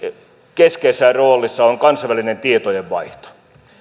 keskeisessä roolissa on kansainvälinen tietojen vaihto